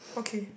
okay